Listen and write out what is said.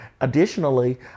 Additionally